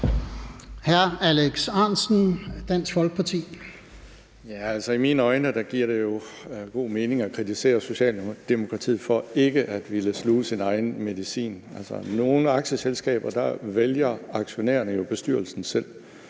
Hr. Alex Ahrendtsen, Dansk Folkeparti. Kl. 13:45 Alex Ahrendtsen (DF): I mine øjne giver det jo god mening at kritisere Socialdemokratiet for ikke at ville sluge sin egen medicin. Altså, i nogle aktieselskaber vælger aktionærerne jo bestyrelsen selv.